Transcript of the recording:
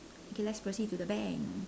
okay let's proceed to the bank